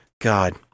God